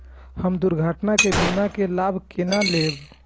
हम दुर्घटना के बीमा के लाभ केना लैब?